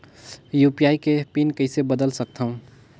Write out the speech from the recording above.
UPI के pin कइसे बदल सकथव?